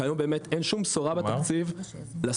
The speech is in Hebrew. כיום באמת אין שום בשורה בתקציב לסטודנטים.